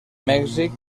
mèxic